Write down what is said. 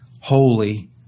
holy